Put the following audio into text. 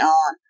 on